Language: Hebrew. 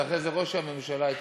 אז אחרי זה ראש הממשלה התקשר.